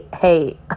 Hey